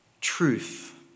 Truth